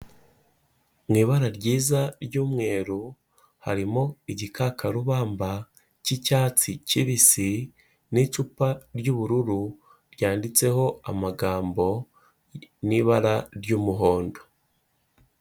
Mu ibara ryiza ry'umweru, harimo igikakarubamba cy'icyatsi kibisi n'icupa ry'ubururu ryanditseho amagambo n'ibara ry'umuhondo.